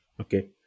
Okay